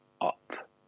up